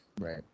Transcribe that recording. right